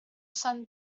sun